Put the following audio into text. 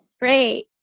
great